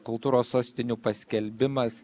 kultūros sostinių paskelbimas